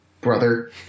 brother